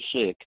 sick